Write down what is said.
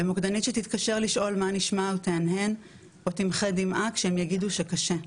למוקדנית שתתקשר לשאול מה נשמע ותהנהן או תמחה דמעה כשהם יגידו שקשה.